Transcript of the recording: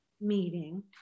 meeting